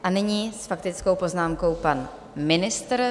A nyní s faktickou poznámkou pan ministr.